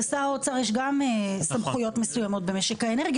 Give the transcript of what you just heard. ואנחנו מנסים לפרוט את זה ולתת קווים מנחים,